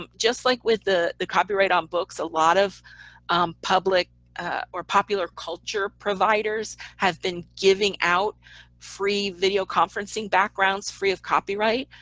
um just like with the the copyright on books, a lot of public or popular culture providers have been giving out free video conferencing backgrounds free of copyright.